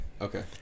Okay